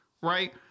right